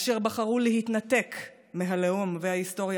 אשר בחרו להתנתק מהלאום וההיסטוריה